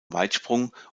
weitsprung